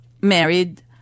married